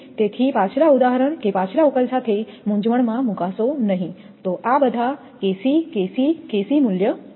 તેથી પાછલા ઉદાહરણ કે પાછલા ઉકેલ સાથે મૂંઝવણમાં ના મુકાશો તો આ બધા KC KC KC મૂલ્ય છે